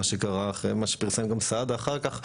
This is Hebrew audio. מה שקרה ומה שפרסם סעדה אחר כך,